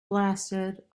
blasted